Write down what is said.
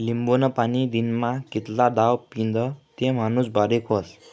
लिंबूनं पाणी दिनमा कितला दाव पीदं ते माणूस बारीक व्हस?